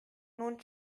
nun